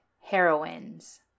heroines